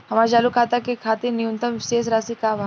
हमार चालू खाता के खातिर न्यूनतम शेष राशि का बा?